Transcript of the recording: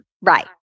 Right